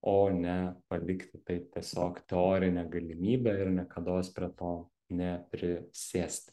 o ne palikti tai tiesiog teorine galimybe ir niekados prie to neprisėsti